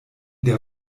der